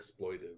exploitive